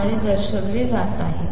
द्वारे दर्शविले जात आहे